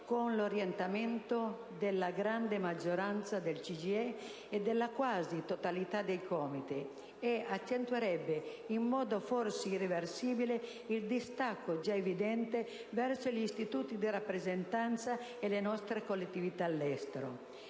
con l'orientamento di gran parte del CGIE e della quasi totalità dei COMITES e accentuerebbe, in modo forse irreversibile, il distacco già evidente verso gli istituti di rappresentanza da parte delle nostre collettività all'estero.